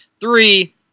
Three –